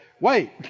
Wait